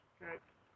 Okay